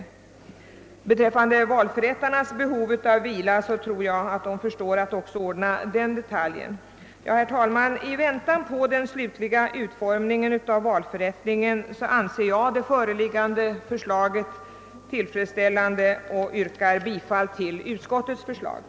Beträffande valförrättarnas behov av vila tror jag att de förstår att ordna också den detaljen. Herr talman! I väntan på den slutliga utformningen av valförrättningen anser jag det föreliggande förslaget tillfredsställande och yrkar bifall till utskottets hemställan.